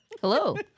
Hello